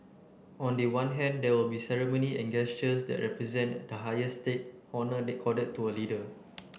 on the one hand there will be ceremony and gestures that represent the highest state honour accorded to a leader